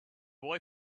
boy